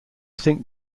think